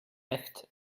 echt